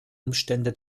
umstände